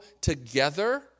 together